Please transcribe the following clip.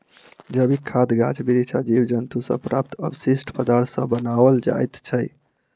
जैविक खाद गाछ बिरिछ आ जीव जन्तु सॅ प्राप्त अवशिष्ट पदार्थ सॅ बनाओल जाइत छै